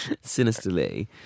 sinisterly